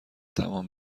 تمام